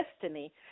destiny